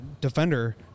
defender